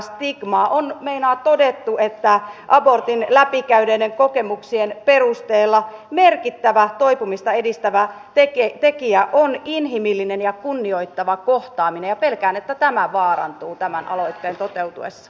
on meinaan todettu että abortin läpikäyneiden kokemuksien perusteella merkittävä toipumista edistävä tekijä on inhimillinen ja kunnioittava kohtaaminen ja pelkään että tämä vaarantuu tämän aloitteen toteutuessa